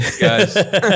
guys